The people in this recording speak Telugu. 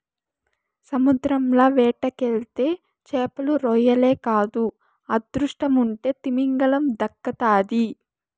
సముద్రంల వేటకెళ్తే చేపలు, రొయ్యలే కాదు అదృష్టముంటే తిమింగలం దక్కతాది